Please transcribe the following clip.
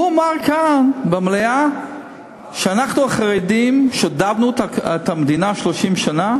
הוא אמר כאן במליאה שאנחנו החרדים שדדנו את המדינה 30 שנה.